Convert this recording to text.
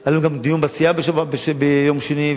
היה לנו גם דיון בסיעה ביום שני,